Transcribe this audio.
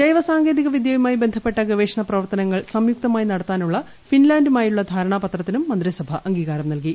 ജൈവ സാങ്കേതിക വിദ്യയുമായി ബന്ധപ്പെട്ട ഗവേഷണ പ്രവർത്തനങ്ങൾ സംയുക്തമായി നടത്താനുള്ള ഫിൻലാൻഡുമായുള്ള ധാരണാപത്രത്തിനും മന്ത്രിസഭ അംഗീകാരം നൽകി